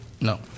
No